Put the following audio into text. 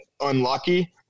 unlucky